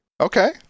Okay